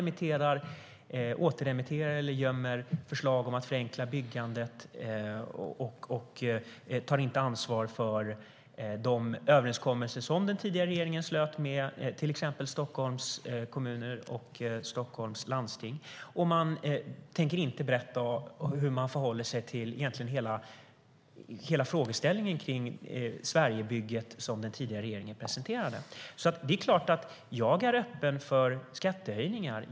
Man återremitterar eller gömmer förslag om att förenkla byggandet och tar inte ansvar för de överenskommelser som den tidigare regeringen slöt med till exempel kommunerna i Stockholm och Stockholms läns landsting. Man tänker inte berätta hur man förhåller sig till hela frågeställningen kring Sverigebygget som den tidigare regeringen presenterade. Jag är öppen för skattehöjningar.